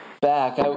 back